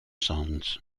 songs